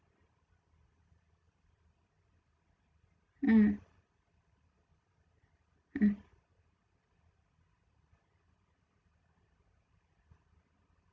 mm mm